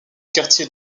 quartier